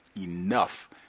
enough